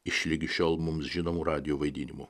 iš ligi šiol mums žinomų radijo vaidinimų